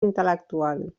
intel·lectual